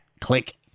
click